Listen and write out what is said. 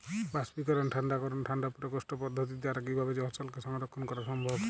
বাষ্পীকরন ঠান্ডা করণ ঠান্ডা প্রকোষ্ঠ পদ্ধতির দ্বারা কিভাবে ফসলকে সংরক্ষণ করা সম্ভব?